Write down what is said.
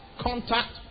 contact